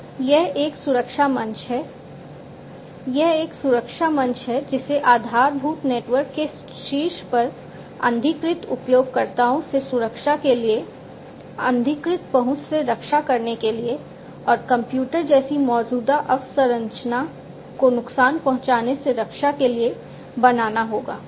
तो यह एक सुरक्षा मंच है यह एक सुरक्षा मंच है जिसे आधारभूत नेटवर्क के शीर्ष पर अनधिकृत उपयोगकर्ताओं से सुरक्षा के लिए अनधिकृत पहुंच से रक्षा करने के लिए और कंप्यूटर जैसी मौजूदा अवसंरचना को नुकसान पहुँचाने से रक्षा करने के लिए बनाना होगा